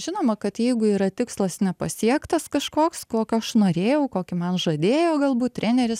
žinoma kad jeigu yra tikslas nepasiektas kažkoks kokio aš norėjau kokį man žadėjo galbūt treneris